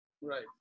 Right